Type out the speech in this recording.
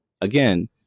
again